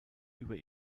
über